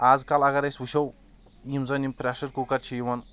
آزکل اگر أسۍ وٕچھو یِم زَن یِم پرٚیشَر کُکُر چھِ یِوان